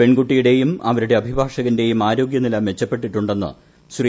പെൺകുട്ടിയുടെയും അവരുടെ അഭിഭാഷകന്റെയും ആരോഗ്യനില മെച്ചപ്പെട്ടിട്ടുണ്ടെന്ന് ശ്രീ